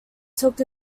took